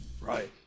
Right